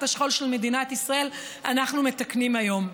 השכול של מדינת ישראל אנחנו מתקנים היום.